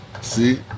See